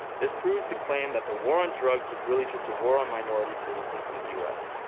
this proves the claim that the war on drugs was really just a war on minority citizens in the us.